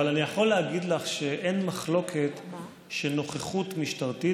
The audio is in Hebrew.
אבל אני יכול להגיד לך שאין מחלוקת שנוכחות משטרתית